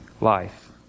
life